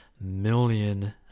million